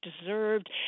deserved